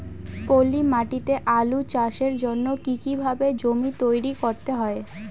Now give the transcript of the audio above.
পলি মাটি তে আলু চাষের জন্যে কি কিভাবে জমি তৈরি করতে হয়?